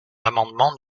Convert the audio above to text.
l’amendement